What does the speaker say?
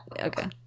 Okay